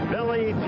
Billy